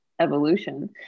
evolution